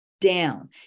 Down